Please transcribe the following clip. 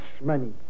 money